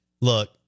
Look